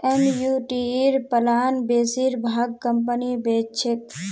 एनयूटीर प्लान बेसिर भाग कंपनी बेच छेक